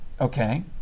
Okay